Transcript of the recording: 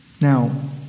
Now